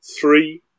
three